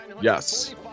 Yes